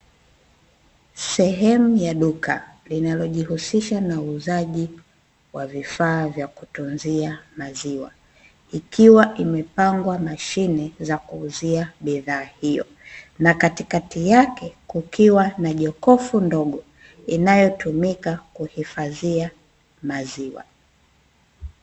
Sehemu ya duka linalojihusisha na uuzaji wa vifaa vya kutunzia maziwa, ikiwa imepangwa mashine za kuuzia bidhaa hiyo na katikati yake kukiwa na jokofu ndogo inayotumika kuhifadhia maziwa.